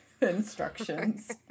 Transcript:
instructions